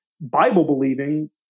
Bible-believing